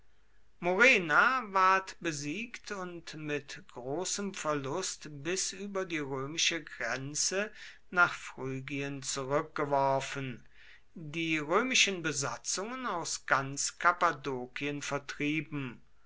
murena ward besiegt und mit großem verlust bis über die römische grenze nach phrygien zurückgeworfen die römischen besatzungen aus ganz kappadokien vertrieben